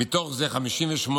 מתוך זה 58,000